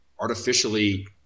artificially